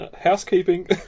Housekeeping